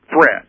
threat